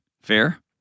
Fair